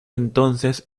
entonces